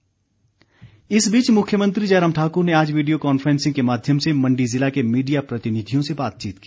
जयराम इस बीच मुख्यमंत्री जयराम ठाकुर ने आज वीडियो कॉन्फ्रेंसिंग के माध्यम से मंडी जिला के मीडिया प्रतिनिधियों से बातचीत की